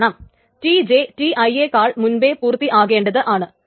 കാരണം Tj Ti യെക്കാൾ മുൻപേ പൂർത്തിയാകേണ്ടതാണ്